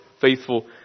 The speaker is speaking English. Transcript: faithful